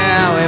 Now